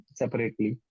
separately